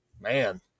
man